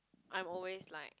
I'm always like